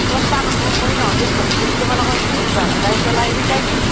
অলপ টান হ'ব মই নহ'লে তোমালোকৰ ঘৰত যাম যাই পেলাই শিকাই দিম